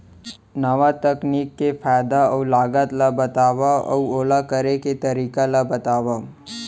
नवा तकनीक के फायदा अऊ लागत ला बतावव अऊ ओला करे के तरीका ला बतावव?